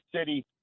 City